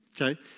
Okay